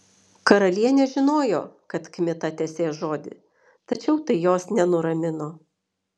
karalienė žinojo kad kmita tesės žodį tačiau tai jos nenuramino